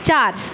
চার